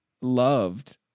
loved